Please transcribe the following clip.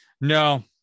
no